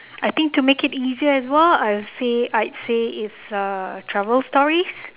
I think to make it easier as well I would say I'd say it's uh travel stories